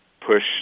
push